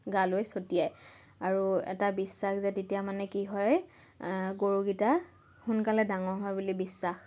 গালৈ চটিয়ায় আৰু এটা বিশ্বাস যে তেতিয়া মানে কি হয় গৰু কেইটা সোনকালে ডাঙৰ হয় বুলি বিশ্বাস